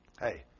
Hey